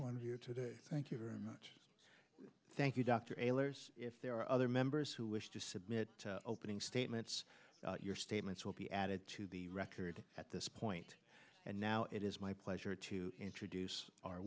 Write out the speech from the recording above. one here today thank you very much thank you dr taylor if there are other members who wish to submit opening statements your statements will be added to the record at this point and now it is my pleasure to introduce our